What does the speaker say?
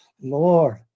Lord